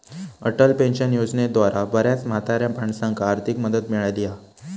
Atal pension योजनेद्वारा बऱ्याच म्हाताऱ्या माणसांका आर्थिक मदत मिळाली हा